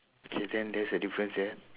okay then there's a difference there